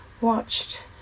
watched